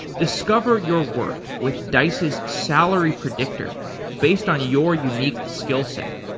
discover your worth with dice's salary predictor based on your unique skill set.